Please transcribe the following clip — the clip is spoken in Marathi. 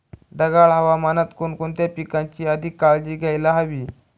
ढगाळ हवामानात कोणकोणत्या पिकांची अधिक काळजी घ्यायला हवी?